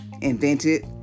invented